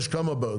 יש כמה בעיות.